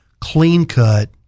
clean-cut